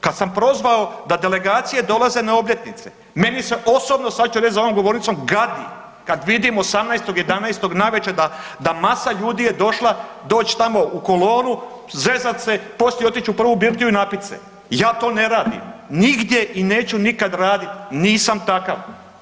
Kad sam prozvao da delegacije dolaze na obljetnice, meni se osobno sad ću reći za ovom govornicom gadi kad vidim 18.11. navečer da masa ljudi je došla doći tamo u kolonu, zezat se, poslije otići u prvu birtiju i napit se, ja to ne radim nigdje i neću nikad raditi, nisam takav.